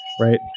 Right